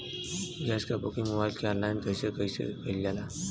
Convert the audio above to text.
Gas क booking mobile से online कईसे कईल जाला?